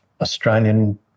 Australian